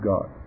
God